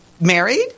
married